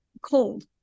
cold